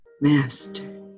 Master